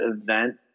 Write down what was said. event